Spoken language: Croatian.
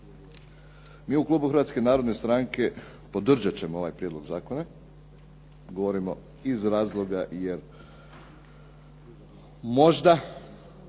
mi u klubu Hrvatske narodne stranke podržat ćemo ovaj prijedlog zakona. Govorimo iz razloga jer možda